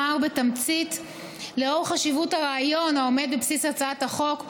אומר בתמצית שלאור חשיבות הרעיון העומד בבסיס הצעת החוק,